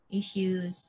issues